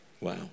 Wow